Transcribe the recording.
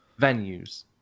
venues